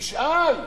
תשאל.